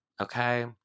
Okay